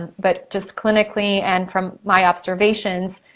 but just clinically, and from my observations,